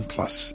Plus